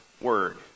word